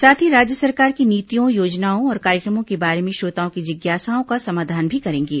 साथ ही राज्य सरकार की नीतियों योजनाओं और कार्यक्रमों के बारे में श्रोताओं की जिज्ञासाओं का समाधान भी करेंगे